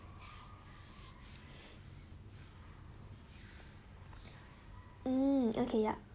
um okay ya